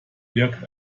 birgt